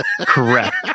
Correct